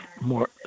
more